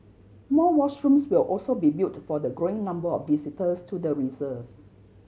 more washrooms will also be built for the growing number of visitors to the reserve